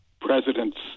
Presidents